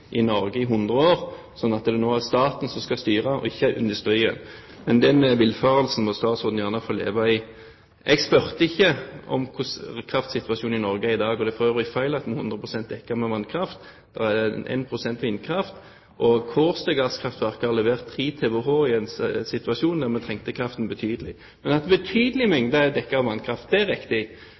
i Norge i hundre år, slik at det nå er staten som skal styre, og ikke industrien. Men den villfarelsen må gjerne statsråden få leve i. Jeg spurte ikke om hvordan kraftsituasjonen i Norge er i dag. Det er for øvrig feil at en er hundre prosent dekket med vannkraft. Det er 1 pst. vindkraft, og Kårstø gasskraftverk har levert 3 TWh i en situasjon der vi trengte kraften betydelig. Men at en betydelig mengde er dekket av vannkraft, er riktig.